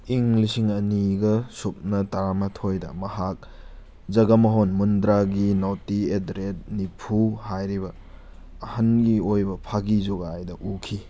ꯏꯪ ꯂꯤꯁꯤꯡ ꯑꯅꯤꯒ ꯁꯨꯞꯅ ꯇꯔꯥꯃꯥꯊꯣꯏꯗ ꯃꯍꯥꯛ ꯖꯒꯃꯣꯍꯣꯟ ꯃꯨꯟꯗ꯭ꯔꯒꯤ ꯅꯣꯇꯤ ꯑꯦꯠ ꯗ ꯔꯦꯠ ꯅꯤꯐꯨ ꯍꯥꯏꯔꯤꯕ ꯑꯍꯟꯒꯤ ꯑꯣꯏꯕ ꯐꯥꯒꯤ ꯖꯨꯒꯥꯏꯗ ꯎꯈꯤ